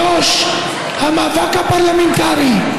3. המאבק הפרלמנטרי: